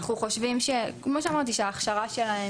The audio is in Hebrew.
אנחנו חושבים שההכשרה שלהם,